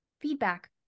feedback